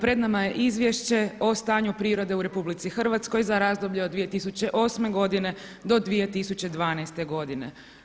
Pred nama je izvješće o stanju prirode u RH za razdoblje od 2008. godine do 2012. godine.